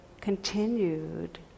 continued